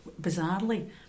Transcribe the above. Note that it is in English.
bizarrely